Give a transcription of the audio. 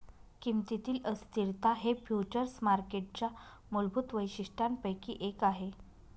किमतीतील अस्थिरता हे फ्युचर्स मार्केटच्या मूलभूत वैशिष्ट्यांपैकी एक आहे